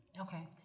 Okay